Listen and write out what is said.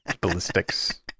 ballistics